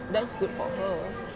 that's good for her